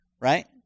right